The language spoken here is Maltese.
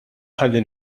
ħalli